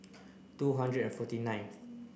two hundred and forty ninth